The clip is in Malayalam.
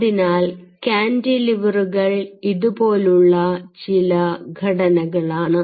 അതിനാൽ കാന്റിലിവറുകൾ ഇതുപോലുള്ള ചില ഘടനകളാണ്